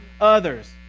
others